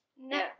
No